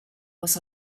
was